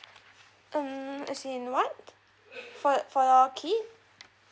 um as in what for for your kid